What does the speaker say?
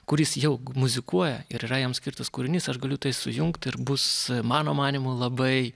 kuris jau muzikuoja ir yra jam skirtas kūrinys aš galiu tai sujungt ir bus mano manymu labai